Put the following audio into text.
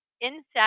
insects